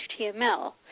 html